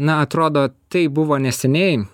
na atrodo tai buvo neseniai